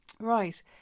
Right